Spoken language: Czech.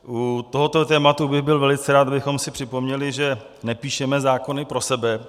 U tohoto tématu bych byl velice rád, kdybychom si připomněli, že nepíšeme zákony pro sebe.